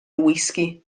whisky